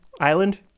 Island